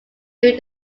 during